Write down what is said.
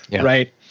right